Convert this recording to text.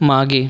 मागे